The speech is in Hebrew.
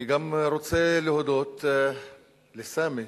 אני גם רוצה להודות לסמי,